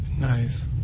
nice